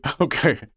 Okay